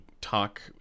talk